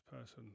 person